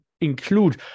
include